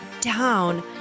down